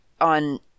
on